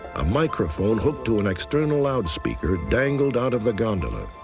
a microphone hooked to an external loud speaker dangled out of the gondola.